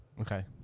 Okay